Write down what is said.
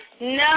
No